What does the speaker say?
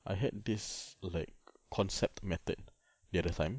I had this lake concept method the other time